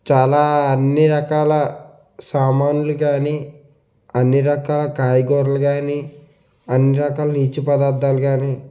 చాలా అన్ని రకాల సామాన్లు కానీ అన్ని రకాల కాయగూరలు గానీ అన్ని రకాల నీచు పదార్థాలు కానీ